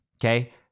Okay